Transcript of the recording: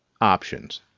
options